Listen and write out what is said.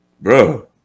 bro